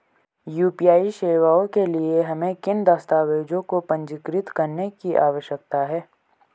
UPI सेवाओं के लिए हमें किन दस्तावेज़ों को पंजीकृत करने की आवश्यकता है?